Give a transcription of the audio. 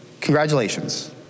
congratulations